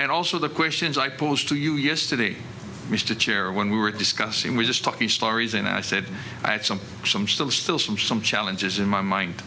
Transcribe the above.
and also the questions i posed to you yesterday mr chair when we were discussing we're just talking stories and i said i had some some still still some some challenges in my mind